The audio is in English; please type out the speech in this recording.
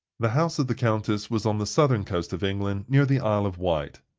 the house of the countess was on the southern coast of england, near the isle of wight.